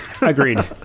Agreed